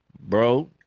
bro